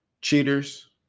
Cheaters